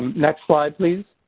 next slide please.